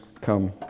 come